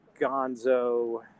gonzo